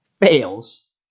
fails